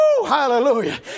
hallelujah